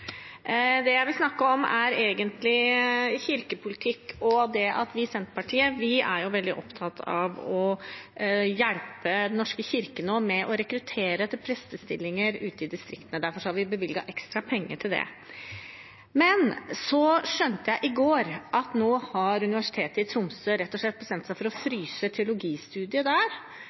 Det jeg vil snakke om, er egentlig kirkepolitikk. Vi i Senterpartiet er veldig opptatt av å hjelpe Den norske kirke med å rekruttere til prestestillinger ute i distriktene. Derfor har vi bevilget ekstra penger til det. I går skjønte jeg at Universitetet i Tromsø har bestemt seg for å fryse teologistudiet der,